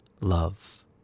love